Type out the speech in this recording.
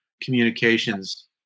communications